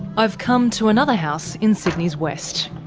i've come to another house in sydney's west.